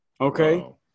Okay